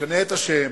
נשנה את השם,